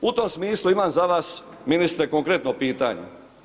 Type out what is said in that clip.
U tom smislu imam za vas ministre konkretno pitanje.